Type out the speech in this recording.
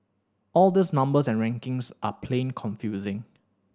all these numbers and rankings are plain confusing